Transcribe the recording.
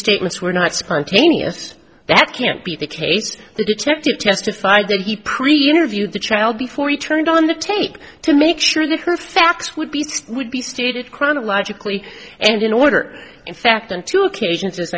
statements were not spontaneous that can't be the case the detective testified that he previewed the trial before he turned on the tape to make sure that her facts would be would be stated chronologically and in order in fact and two occasions as